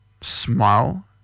smile